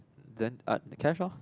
then cash lor